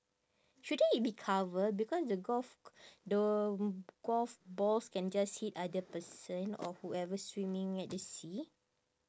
shouldn't it be cover because the golf c~ the golf balls can just hit other person or whoever swimming at the sea